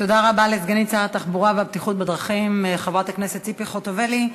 תודה רבה לסגנית שר התחבורה והבטיחות בדרכים חברת הכנסת ציפי חוטובלי.